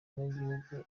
banyagihugu